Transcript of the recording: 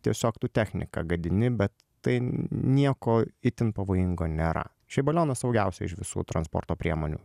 tiesiog tu techniką gadini bet tai nieko itin pavojingo nėra šiaip balionas saugiausia iš visų transporto priemonių